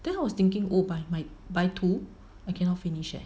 then I was thinking go buy buy two I cannot finish leh